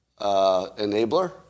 enabler